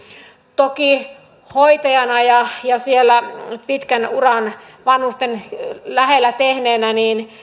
toki hoitajana ja ja pitkän uran vanhusten lähellä tehneenä